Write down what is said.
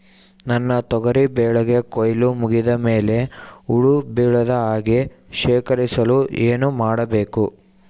ನನ್ನ ತೊಗರಿ ಬೆಳೆಗೆ ಕೊಯ್ಲು ಮುಗಿದ ಮೇಲೆ ಹುಳು ಬೇಳದ ಹಾಗೆ ಶೇಖರಿಸಲು ಏನು ಮಾಡಬೇಕು?